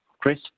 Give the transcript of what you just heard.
chris